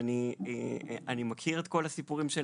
ואני מכיר את כל הסיפורים של